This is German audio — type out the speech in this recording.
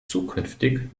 zukünftig